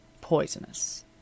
poisonous